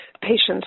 patients